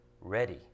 ready